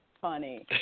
funny